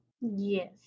yes